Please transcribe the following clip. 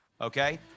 okay